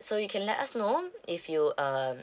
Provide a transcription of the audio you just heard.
so you can let us know if you um